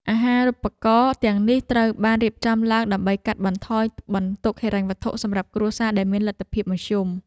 អាហារូបករណ៍ទាំងនេះត្រូវបានរៀបចំឡើងដើម្បីកាត់បន្ថយបន្ទុកហិរញ្ញវត្ថុសម្រាប់គ្រួសារដែលមានលទ្ធភាពមធ្យម។